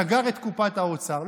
סגר את קופת האוצר,